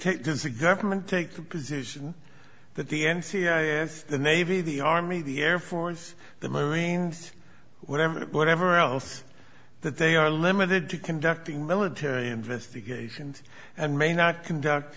take this a government take the position that the n c i the navy the army the air force the mooing whatever whatever else that they are limited to conducting military investigations and may not conduct